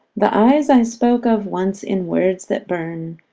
the eyes i spoke of once in words that burn,